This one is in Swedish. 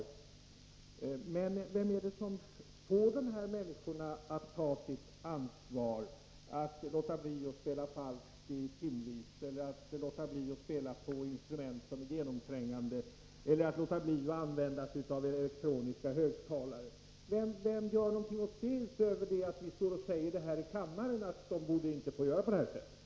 Vem är det som får de här människorna att ta sitt ansvar, att låta bli att spela falskt i timmar, att låta bli att spela på instrument som är genomträngande eller att låta bli att använda sig av elektroniska högtalare? Vad gör man för någonting åt detta, utöver att vi står här i kammaren och säger att de inte borde få göra på det här sättet?